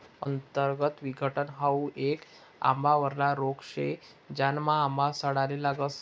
अंतर्गत विघटन हाउ येक आंबावरला रोग शे, ज्यानामा आंबा सडाले लागस